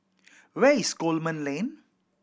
where is Coleman Lane